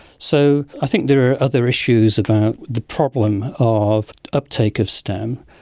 so i think there are other issues about the problem of uptake of stem.